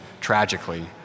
tragically